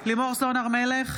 בהצבעה לימור סון הר מלך,